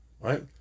Right